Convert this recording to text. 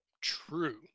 True